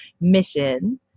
mission